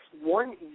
one